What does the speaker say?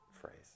phrase